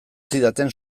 zidaten